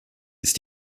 ist